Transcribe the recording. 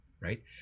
right